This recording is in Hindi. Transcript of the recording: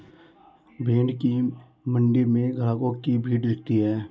भेंड़ की मण्डी में ग्राहकों की भीड़ दिखती है